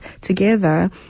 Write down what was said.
together